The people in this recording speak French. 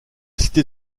cité